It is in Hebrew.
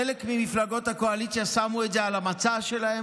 חלק ממפלגות הקואליציה שמו את זה על המצע שלהן.